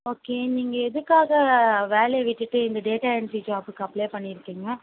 okay நீங்கள் எதுக்காக வேலையை விட்டுவிட்டு இந்த டேட்டா என்ட்ரி ஜாபுக்கு அப்ளை பண்ணியிருக்கிங்க